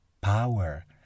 power